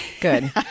good